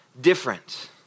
different